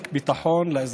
לספק ביטחון לאזרחים.